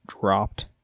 Dropped